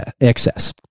excess